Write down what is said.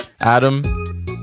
adam